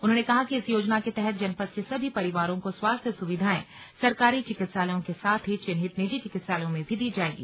उन्होंने कहा कि इस योजना के तहत जनपद के सभी परिवारों को स्वास्थ्य सुविधाएं सरकारी चिकित्सालयों के साथ ही चिन्हित निजी चिकित्सालयों में भी दी जायेंगी